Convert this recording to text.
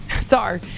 Sorry